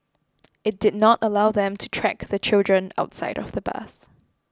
it did not allow them to track the children outside of the bus